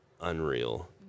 unreal